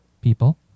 people